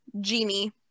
Genie